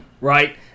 right